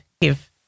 give